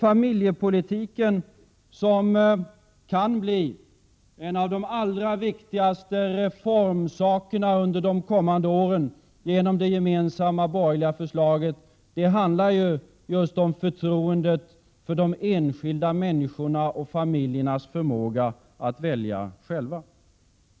Familjepolitiken, som kan bli föremål för en av de allra viktigaste reformerna under de kommande åren, genom det gemensamma borgerliga förslaget, handlar just om förtroendet för de enskilda människorna och familjernas förmåga att välja själva.